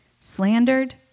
slandered